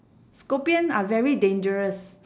scorpion are very dangerous